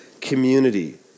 community